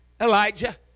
Elijah